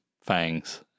fangs